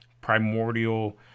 primordial